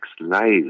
lives